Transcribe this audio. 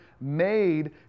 made